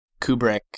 Kubrick